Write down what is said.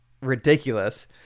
ridiculous